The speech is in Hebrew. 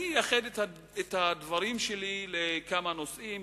אני אייחד את הדברים שלי לכמה נושאים,